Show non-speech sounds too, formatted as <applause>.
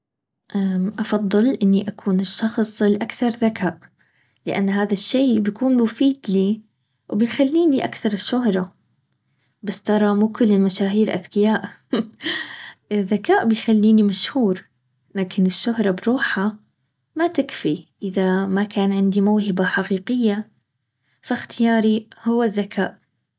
افضل اني اكون الشخص الاكثر ذكاء لان هذا الشي بيكون مفيد لي وبيخليني اكثر للشهره <laughs> بس ترا مو كل المشاهير اذكياء ،الذكاء بيخليني مشهور لاكن الشهره بروحه ما تمفي اذا ما كان عندي موهبه حقيقيه فاختياري هو الذكاء